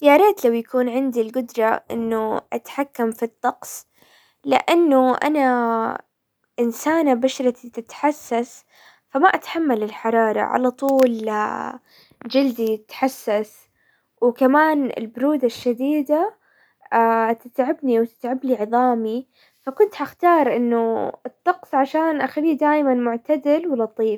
يا ريت لو يكون عندي القدرة انه اتحكم في الطقس، لانه انا انسانة بشرتي تتحسس، فما اتحمل الحرارة على طول جلدي يتحسس، وكمان البرودة الشديدة تتعبني او تتعب لي عظامي، فكنت حختار انه الطقس عشان اخليه دايما معتدل ولطيف.